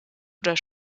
oder